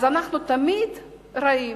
אז אנחנו תמיד רעים.